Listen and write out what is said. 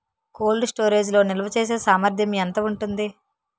Cold storage లో నిల్వచేసేసామర్థ్యం ఎంత ఉంటుంది?